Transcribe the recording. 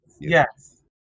Yes